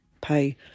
pay